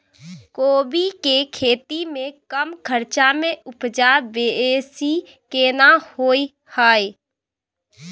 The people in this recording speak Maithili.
कोबी के खेती में कम खर्च में उपजा बेसी केना होय है?